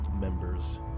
members